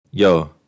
Yo